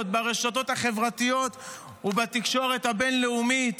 ברשתות החברתיות ובתקשורת הבין-לאומית,